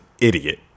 idiot